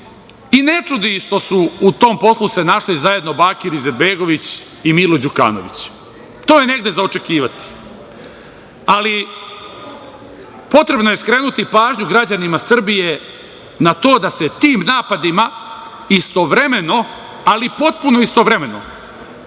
i ne čudi ih što su u tom poslu se našli zajedno Bakir Izetbegović i Milo Đukanović. To je negde za očekivati, ali potrebno je skrenuti pažnju građanima Srbije na to da se tim napadima istovremeno, ali potpuno istovremeno